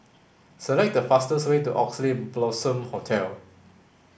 select the fastest way to Oxley Blossom Hotel